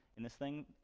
in this thing.